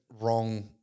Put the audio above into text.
wrong